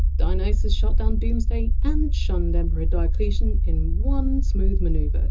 dionysus shut down doomsday and shunned emperor diocletian in one smooth manoeuvre ah